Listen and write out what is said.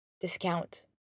discount